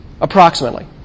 Approximately